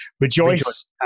rejoice